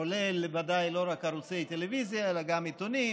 כולל ודאי לא רק ערוצי טלוויזיה אלא גם עיתונים